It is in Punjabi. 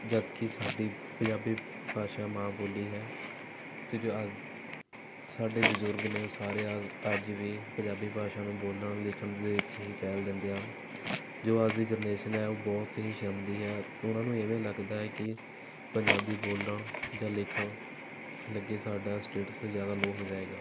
ਜਦ ਕਿ ਸਾਡੀ ਪੰਜਾਬੀ ਭਾਸ਼ਾ ਮਾਂ ਬੋਲੀ ਹੈ ਅਤੇ ਜੋ ਅੱਜ ਸਾਡੇ ਬਜ਼ੁਰਗ ਨੇ ਉਹ ਸਾਰੇ ਅੱਜ ਅੱਜ ਵੀ ਪੰਜਾਬੀ ਭਾਸ਼ਾ ਨੂੰ ਬੋਲਣ ਲਿਖਣ ਦੇ ਵਿੱਚ ਹੀ ਪਹਿਲ ਦਿੰਦੇ ਹਨ ਜੋ ਅੱਜ ਦੀ ਜਨਰੇਸ਼ਨ ਹੈ ਉਹ ਬਹੁਤ ਹੀ ਸ਼ਰਮਿੰਦਾ ਹੈ ਉਨ੍ਹਾਂ ਨੂੰ ਇਵੇਂ ਲੱਗਦਾ ਹੈ ਕਿ ਪੰਜਾਬੀ ਬੋਲਣ ਜਾਂ ਲਿਖਣ ਲੱਗੇ ਸਾਡਾ ਸਟੇਟਸ ਜ਼ਿਆਦਾ ਲੋਅ ਹੋ ਜਾਏਗਾ